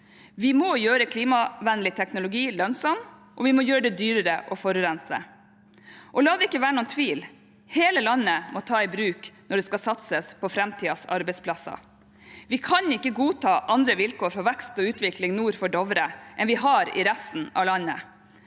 Vi må gjøre klimavennlig teknologi lønnsom, og vi må gjøre det dyrere å forurense. La det ikke være noen tvil: Hele landet må tas i bruk når det skal satses på framtidens arbeidsplasser. Vi kan ikke godta andre vilkår for vekst og utvikling nord for Dovre enn vi har i resten av landet.